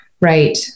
right